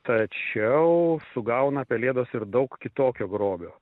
tačiau sugauna pelėdos ir daug kitokio grobio